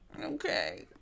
okay